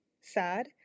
sad